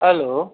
hello